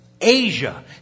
Asia